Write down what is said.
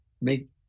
Make